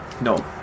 No